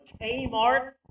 Kmart